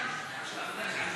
מיצוי הליכים בתביעות תחלוף),